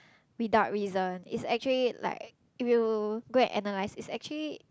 without reason is actually like if you go and analyse is actually